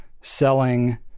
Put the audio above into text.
selling